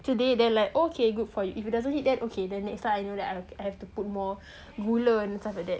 today then like okay good for you if it doesn't hit then okay then next time I know that I have to put more gula and stuff like that